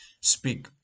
speak